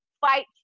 fight